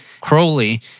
Crowley